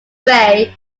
prey